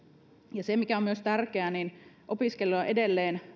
mikä on myös tärkeää niin opiskelijat edelleen